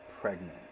pregnant